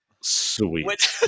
Sweet